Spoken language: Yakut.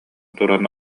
туран